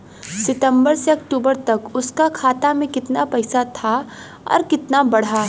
सितंबर से अक्टूबर तक उसका खाता में कीतना पेसा था और कीतना बड़ा?